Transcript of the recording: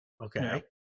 Okay